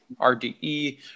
RDE